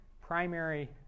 primary